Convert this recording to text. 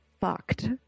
fucked